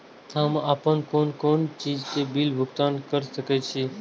हम आपन कोन कोन चीज के बिल भुगतान कर सके छी?